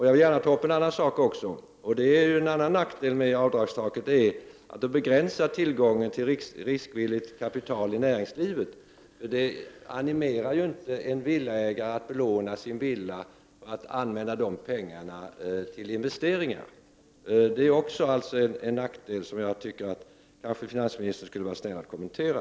Jag vill gärna påpeka en annan nackdel med avdragstaket: det begränsar tillgången till riskvilligt kapital i näringslivet. Det animerar inte en villaägare att belåna sin villa för att använda dessa pengar för investeringar. Det är en nackdel som jag tycker att finansministern kunde kommentera.